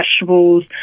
vegetables